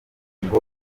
ngo